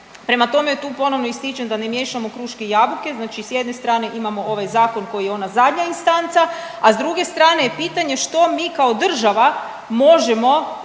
Prema tome, tu ponovno ističem da ne miješamo kruške i jabuke, znači s jedne strane imamo ovaj zakon koji je ona zadnja instanca, a s druge strane je pitanje što mi kao država možemo donijeti